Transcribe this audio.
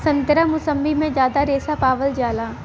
संतरा मुसब्बी में जादा रेशा पावल जाला